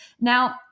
Now